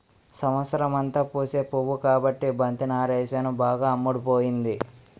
సంవత్సరమంతా పూసే పువ్వు కాబట్టి బంతి నారేసాను బాగా అమ్ముడుపోతుంది